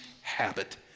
habit